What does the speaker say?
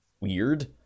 weird